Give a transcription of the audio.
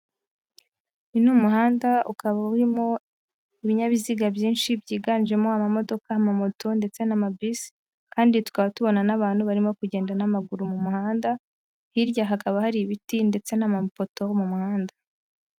Uyu ni umuhanda ukaba urimo ibinyabiziga byinshi byiganjemo amamodoka, amamoto ndetse n'amabisi kandi tukaba tubona n'abantu barimo kugenda n'amaguru mu muhanda, hirya hakaba hari ibiti ndetse n'amapoto mu muhanda.